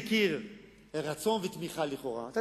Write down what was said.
לגביה רצון ותמיכה, לכאורה, מקיר לקיר.